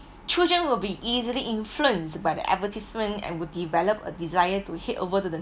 children will be easily influenced by the advertisement and would develop a desire to head over to the